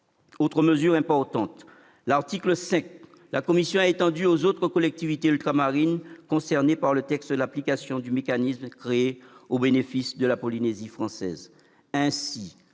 Autre mesure importante : à l'article 5, la commission a étendu aux autres collectivités ultramarines concernées par le texte l'application du mécanisme créé au bénéfice de la Polynésie française. Ainsi,